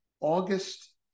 August